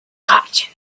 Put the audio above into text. forgotten